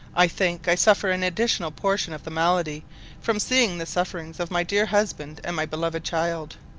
i think i suffer an additional portion of the malady from seeing the sufferings of my dear husband and my beloved child.